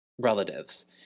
relatives